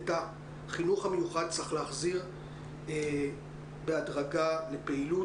את החינוך המיוחד צריך להחזיר בהדרגה לפעילות